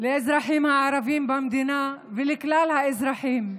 הערבים במדינה ולכלל האזרחים.